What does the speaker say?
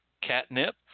catnip